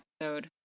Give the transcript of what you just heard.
episode